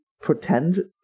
pretend